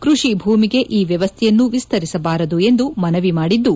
ಕೃಷಿ ಭೂಮಿಗೆ ಈ ವ್ಯವಸ್ಥೆಯನ್ನು ವಿಸ್ತರಿಸಬಾರದು ಎಂದು ಮನವಿ ಮಾಡಿದ್ದು